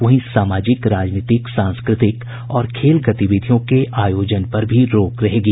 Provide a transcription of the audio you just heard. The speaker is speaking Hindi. वहीं सामाजिक राजनीतिक सांस्कृतिक और खेल गतिविधियों के आयोजन पर भी रोक रहेगी